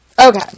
Okay